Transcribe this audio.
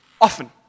often